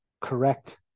correct